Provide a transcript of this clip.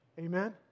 Amen